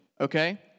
okay